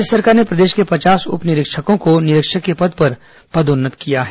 राज्य सरकार ने प्रदेश के पचास उप निरीक्षकों को निरीक्षक के पद पर पदोन्नत किया है